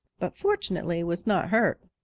but fortunately was not hurt.